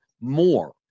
more